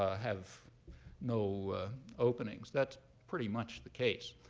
ah have no openings. that's pretty much the case.